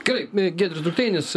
kaip giedrius drukteinis